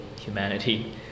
humanity